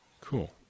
Cool